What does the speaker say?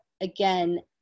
again